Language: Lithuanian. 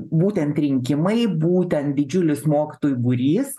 būtent rinkimai būtent didžiulis mokytojų būrys